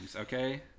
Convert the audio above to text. okay